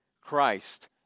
Christ